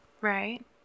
Right